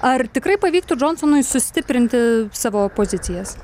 ar tikrai pavyktų džonsonui sustiprinti savo pozicijas